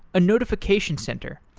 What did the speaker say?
a notification center,